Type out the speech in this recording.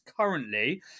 currently